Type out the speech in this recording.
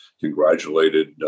congratulated